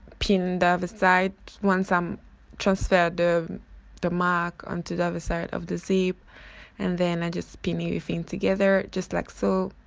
pin the other side once i'm transferred the the mark on to the other side of the zip and then i just pin everything together just like so